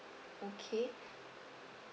okay